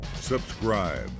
subscribe